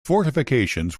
fortifications